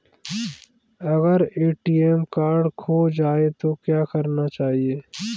अगर ATM card खो जाए तो क्या करना चाहिए?